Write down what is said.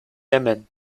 yemen